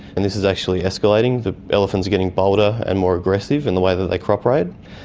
and this is actually escalating. the elephants are getting bolder and more aggressive in the way that they crop raid,